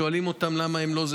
שואלים אותם למה הם לא,